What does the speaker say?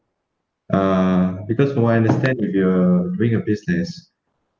uh because from what I understand if you're doing a business